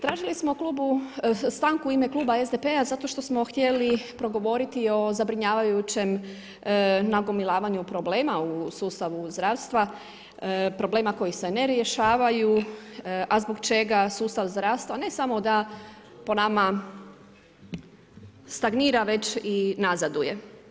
Tražili smo stanku u ime kluba SDP-a zato što smo htjeli progovoriti o zabrinjavajućem nagomilavanju problema u sustavu zdravstva, problema koji se ne rješavaju, a zbog čega sustav zdravstva ne samo da po nama stagnira već i nazaduje.